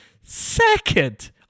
second